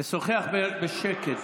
לשוחח בשקט,